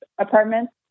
apartments